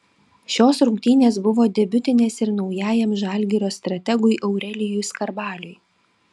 šios rungtynės buvo debiutinės ir naujajam žalgirio strategui aurelijui skarbaliui